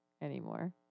anymore